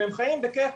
והם חיים בכיף,